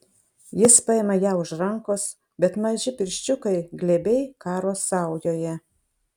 jis paima ją už rankos bet maži pirščiukai glebiai karo saujoje